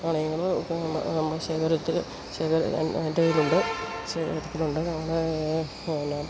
നാണയങ്ങള് നമ്മുടെ ശേഖരത്തില് എൻ്റെ കൈയിലുണ്ട് ശേഖരത്തിലുണ്ട് നമ്മള് എന്നാ